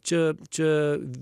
čia čia